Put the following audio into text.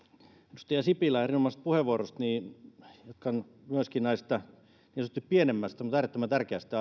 edustaja sipilää erinomaisesta puheenvuorosta jatkan myöskin näistä niin sanotuista pienemmistä mutta äärettömän tärkeistä